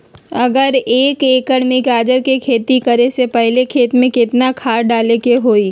अगर एक एकर में गाजर के खेती करे से पहले खेत में केतना खाद्य डाले के होई?